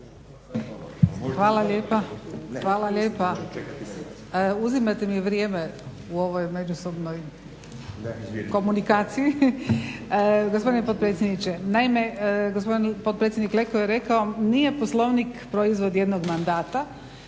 Hvala lijepa. Uzimate mi vrijeme u ovoj međusobnoj komunikaciji. Gospodine potpredsjedniče. Naime, gospodin potpredsjednik Leko je rekao nije Poslovnik proizvod jednog mandata.